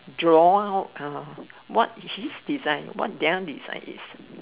draw uh what did she design why did I design this